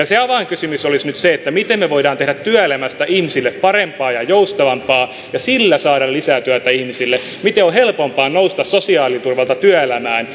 se avainkysymys olisi nyt se miten me voimme tehdä työelämästä ihmisille parempaa ja joustavampaa ja sillä saada lisätyötä ihmisille ja miten on helpompaa nousta sosiaaliturvalta työelämään